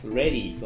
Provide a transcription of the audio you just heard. ready